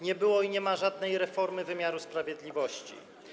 Nie było i nie ma żadnej reformy wymiaru sprawiedliwości.